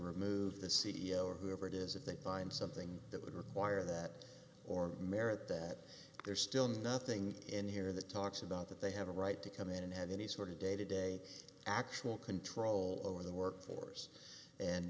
remove the c e o or whoever it is of the find something that would require that or merit there's still nothing in here in the talks about that they have a right to come in and have any sort of day to day actual control over the work force and